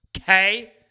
okay